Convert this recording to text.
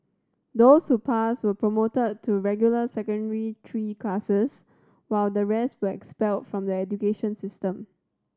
those who passed were promoted to regular Secondary Three classes while the rest were expelled from the education system